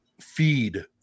feed